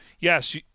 yes